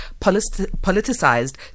politicized